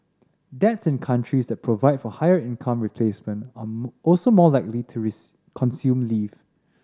dads in countries that provide for higher income replacement are also more likely to consume leave